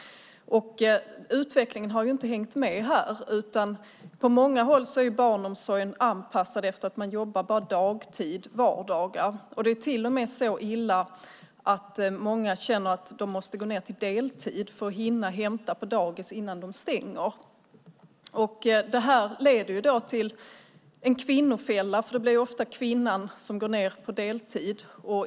Utvecklingen har inte hängt med här, utan på många håll är barnomsorgen anpassad efter att man jobbar bara dagtid och vardagar. Det är till och med så illa att många känner att man måste gå ned till deltid för att hinna hämta innan dagis stänger. Det leder till en kvinnofälla, för det är ofta kvinnan som går ned på deltid.